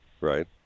Right